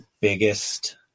biggest